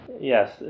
Yes